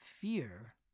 fear